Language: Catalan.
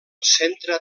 centre